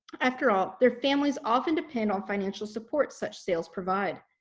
after all, their families often depend on financial support such sales provide.